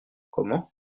comment